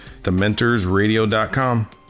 theMentorsRadio.com